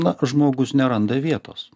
na žmogus neranda vietos